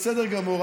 בסדר גמור,